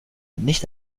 nicht